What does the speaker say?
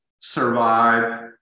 survive